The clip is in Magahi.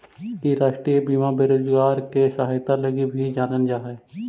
इ राष्ट्रीय बीमा बेरोजगार के सहायता लगी भी जानल जा हई